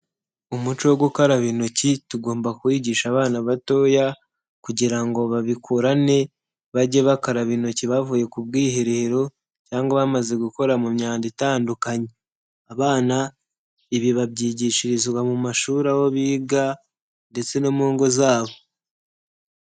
Umuco wo gukaraba intoki tugomba kuwigisha abana batoya kugira ngo babikurane bajye bakaraba intoki bavuye ku bwiherero cyangwa bamaze gukora mu myanda itandukanye, abana ibi babyigishirizwa mu mashuri aho biga ndetse no mu ngo zabo.